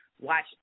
watch